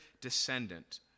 descendant